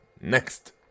Next